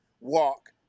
walk